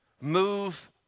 move